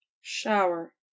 Shower